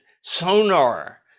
sonar